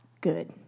good